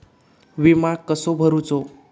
विमा कसो भरूचो?